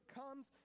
comes